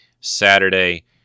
Saturday